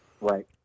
Right